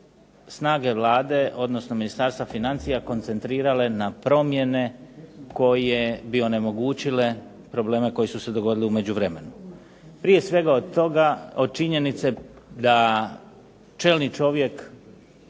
snage Vlade, odnosno ministarstva financija koncentrirale na promjene koje bi onemogućile probleme koji su se dogodili u međuvremenu. Prije svega od toga, od činjenice da čelni čovjek